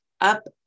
up